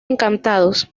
encantados